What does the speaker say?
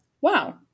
wow